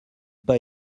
pas